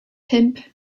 pump